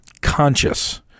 conscious